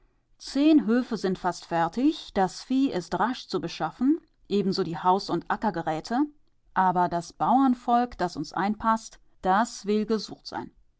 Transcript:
zehn höfe sind fast fertig das vieh ist rasch zu beschaffen ebenso die haus und ackergeräte aber das bauernvolk das uns einpaßt das will gesucht sein